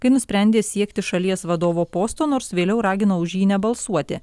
kai nusprendė siekti šalies vadovo posto nors vėliau ragino už jį nebalsuoti